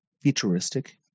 futuristic